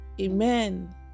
amen